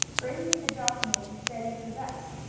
bring me the document you say you possess,